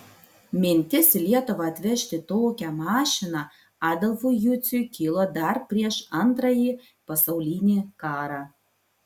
mintis į lietuvą atvežti tokią mašiną adolfui juciui kilo dar prieš antrąjį pasaulinį karą